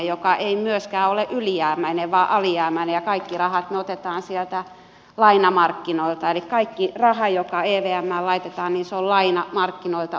valtiomme ei myöskään ole ylijäämäinen vaan alijäämäinen ja kaikki rahat me otamme sieltä lainamarkkinoilta eli kaikki raha joka evmään laitetaan on lainamarkkinoilta otettua